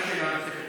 אין לך שאלה נוספת.